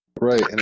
Right